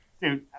dude